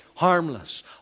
harmless